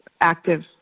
active